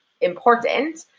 important